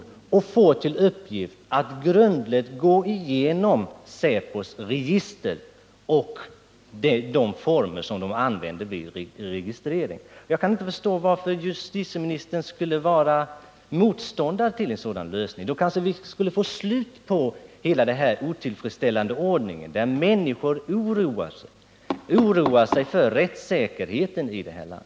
Denna kommission bör få till uppgift att grundligt gå igenom säpos register och de former som säpo använder vid registrering. Jag kan inte förstå varför justitieministern är motståndare till en sådan lösning. På det sättet skulle vi kanske kunna få slut på hela den otillfredsställande ordning som nu gör att människor oroar sig för rättssäkerheten i det här landet.